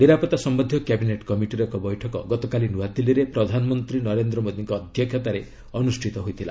ନିରାପତ୍ତା ସମ୍ଭନ୍ଧୀୟ କ୍ୟାବିନେଟ୍ କମିଟିର ଏକ ବୈଠକ ଗତକାଲି ନୂଆଦିଲ୍ଲୀରେ ପ୍ରଧାନମନ୍ତ୍ରୀ ନରେନ୍ଦ୍ର ମୋଦିଙ୍କ ଅଧ୍ୟକ୍ଷତାରେ ଅନୁଷ୍ଠିତ ହୋଇଥିଲା